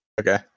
Okay